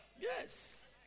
Yes